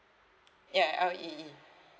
ya L E E